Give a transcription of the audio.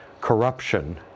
corruption